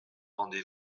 rendez